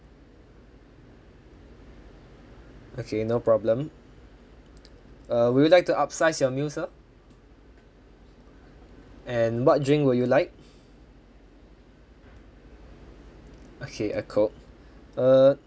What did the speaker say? okay no problem uh would you like to upsize your meal sir and what drink would you like okay a coke err